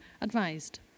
advised